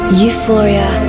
euphoria